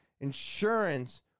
insurance